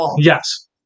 Yes